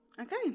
okay